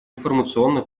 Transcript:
информационно